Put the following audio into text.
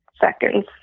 seconds